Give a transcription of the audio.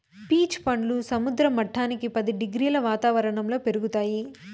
peach పండ్లు సముద్ర మట్టానికి పది డిగ్రీల వాతావరణంలో పెరుగుతాయి